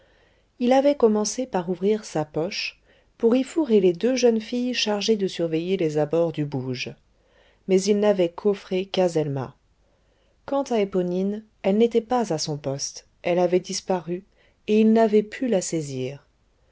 il avait commencé par ouvrir sa poche pour y fourrer les deux jeunes filles chargées de surveiller les abords du bouge mais il n'avait coffré qu'azelma quant à éponine elle n'était pas à son poste elle avait disparu et il n'avait pu la saisir